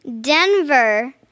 Denver